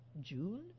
June